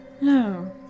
No